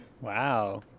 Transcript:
Wow